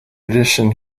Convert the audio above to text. addition